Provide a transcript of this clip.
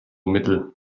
mittel